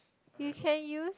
you can use